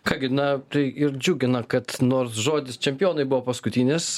ką gi na tai ir džiugina kad nors žodis čempionai buvo paskutinis